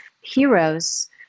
heroes